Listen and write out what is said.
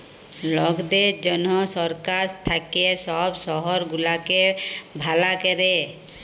লকদের জনহ সরকার থাক্যে সব শহর গুলাকে ভালা ক্যরে